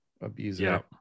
abuser